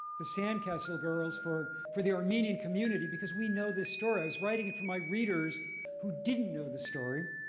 the sandcastle girls for for the armenian community. because we know the story. i was writing it for my readers who didn't know the story.